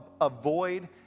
avoid